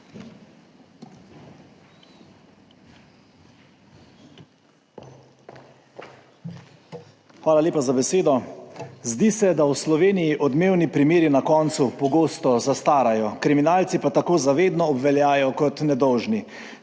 Hvala lepa za besedo. Zdi se, da v Sloveniji odmevni primeri na koncu pogosto zastarajo, kriminalci pa tako za vedno obveljajo kot nedolžni.